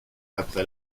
après